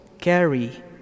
carry